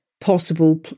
possible